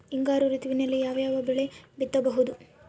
ಹಿಂಗಾರು ಋತುವಿನಲ್ಲಿ ಯಾವ ಯಾವ ಬೆಳೆ ಬಿತ್ತಬಹುದು?